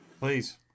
Please